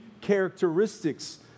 characteristics